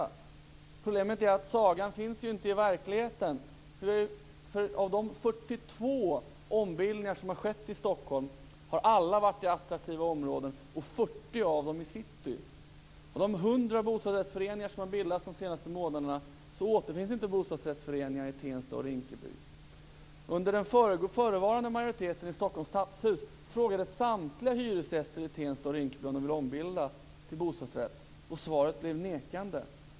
Problemet är att sagan inte finns i verkligheten. De 42 ombildningar som har skett i Stockholm har alla skett i attraktiva områden, och 40 av dem i city. Av de 100 bostadsrättsföreningar som har bildats de senaste månaderna återfinns inga i Tensta och Rinkeby. Den förevarande majoriteten i Stockholms stadshus frågade samtliga hyresgäster i Tensta och Rinkeby om de ville ombilda sina hyresrätter till bostadsrätter. Svaret blev nekande.